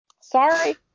sorry